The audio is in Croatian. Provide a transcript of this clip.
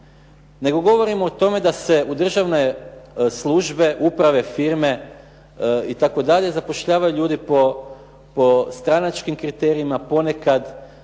nego govorimo o tome da se u državne službe, uprave, firme i tako dalje zapošljavaju ljudi po stranačkim kriterijima, ponekad